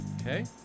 Okay